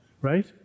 Right